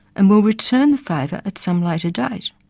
and will return the favour at some later date.